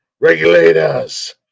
Regulators